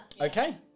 Okay